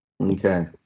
Okay